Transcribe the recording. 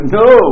no